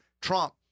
Trump